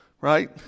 right